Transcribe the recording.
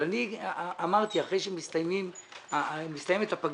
אבל אני אמרתי, אחרי שמסתיימת הפגרה,